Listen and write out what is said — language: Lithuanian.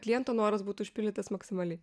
kliento noras būtų išpildytas maksimaliai